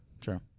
true